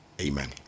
Amen